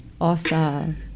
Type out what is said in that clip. Awesome